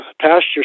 pasture